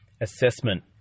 assessment